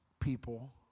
people